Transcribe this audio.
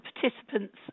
participants